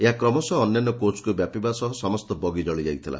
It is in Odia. ଏହା କ୍ରମଶଃ ଅନ୍ୟାନ୍ୟ କୋଚ୍କୁ ବ୍ୟାପିବା ସହ ସମସ୍ତ ବଗି ଜଳି ଯାଇଥିଲା